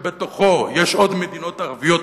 שבתוכו יש עוד מדינות ערביות,